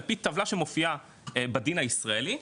על פי טבלה שמופיעה בדין הישראלי,